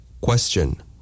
Question